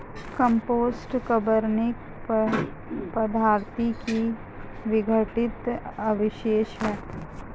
compost कार्बनिक पदार्थों के विघटित अवशेष हैं